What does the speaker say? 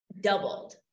doubled